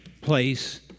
place